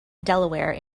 delaware